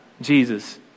Jesus